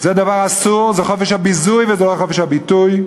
זה דבר אסור, זה חופש הביזוי, ולא חופש הביטוי,